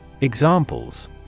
Examples